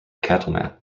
cattleman